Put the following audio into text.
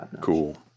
Cool